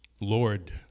lord